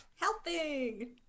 Helping